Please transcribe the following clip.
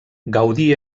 gaudí